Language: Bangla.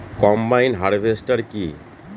কম্বাইন হারভেস্টার কি?